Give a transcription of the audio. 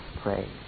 pray